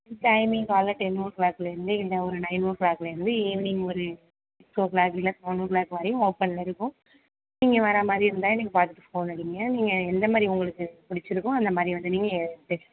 timing காலைல ten ஓ கிளாக்குலருந்து இல்லை ஒரு நைன் ஓ கிளாக்குலருந்து ஈவ்னிங் ஒரு சிக்ஸ் ஓ கிளாக் இல்ல ஒரு செவன் ஓ கிளாக் வரையும் ஓபன்னில் இருக்கும் நீங்கள் வர மாதிரி இருந்தால் எனக்கு பார்த்துட்டு ஃபோன் அடிங்க நீங்கள் எந்த மாதிரி உங்களுக்கு பிடுச்சிருக்கோ அந்த மாதிரி வந்து நீங்கள்